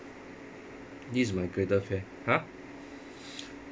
this is my greatest fear !huh!